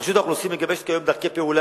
רשות האוכלוסין מגבשת היום דרכי פעולה